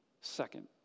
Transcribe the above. Second